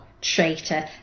traitor